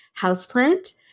houseplant